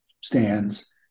stands